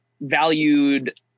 valued